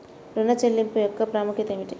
ఋణ చెల్లింపుల యొక్క ప్రాముఖ్యత ఏమిటీ?